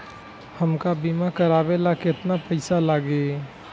हमका बीमा करावे ला केतना पईसा लागी?